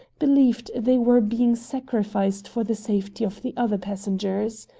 believed they were being sacrificed for the safety of the other passengers.